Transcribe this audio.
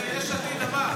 היושב-ראש של יש עתיד אמר.